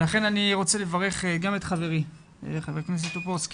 לכן אני רוצה לברך גם את חברי ח"כ טופורובסקי